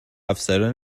افسران